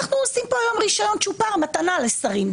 אנחנו עושים היום פה רישיון צ'ופר, מתנה לשרים.